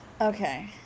Okay